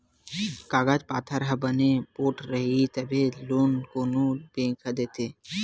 कागज पाथर ह बने पोठ रइही तभे लोन कोनो बेंक ह देथे